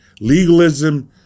legalism